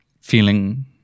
feeling